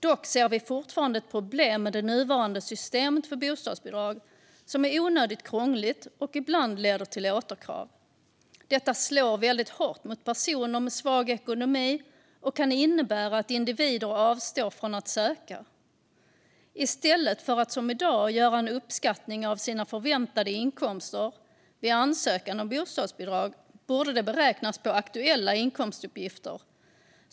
Dock ser vi fortfarande ett problem med det nuvarande systemet för bostadsbidrag, som är onödigt krångligt och ibland leder till återkrav. Detta slår väldigt hårt mot personer med svag ekonomi och kan innebära att individer avstår från att söka bidraget. I stället för hur det är i dag, det vill säga att man gör en uppskattning av sina förväntade inkomster vid ansökan om bostadsbidrag, borde bidraget beräknas på aktuella inkomstuppgifter.